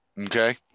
okay